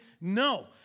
No